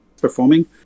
performing